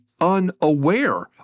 unaware